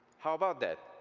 how about that?